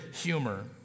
humor